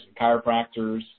chiropractors